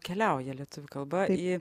keliauja lietuvių kalba į